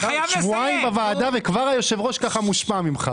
אתה שבועיים בוועדה וכבר היושב-ראש כך מושפע ממך.